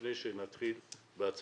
לפני שנתחיל לצאת בהצהרות,